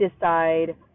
decide